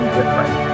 different